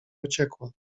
uciekła